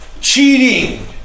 cheating